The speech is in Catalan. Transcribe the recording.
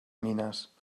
mines